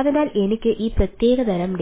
അതിനാൽ എനിക്ക് ഈ പ്രത്യേക തരം